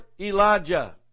Elijah